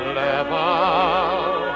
level